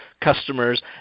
customers